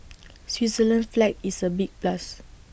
Switzerland's flag is A big plus